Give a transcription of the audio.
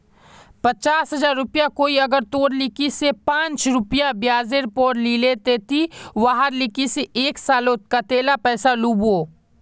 पचास हजार रुपया कोई अगर तोर लिकी से पाँच रुपया ब्याजेर पोर लीले ते ती वहार लिकी से एक सालोत कतेला पैसा लुबो?